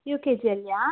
you K ಜಿಯಲ್ಲಿಯಾ